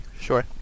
sure